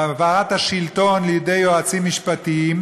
והעברת השלטון לידי יועצים משפטיים,